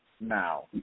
now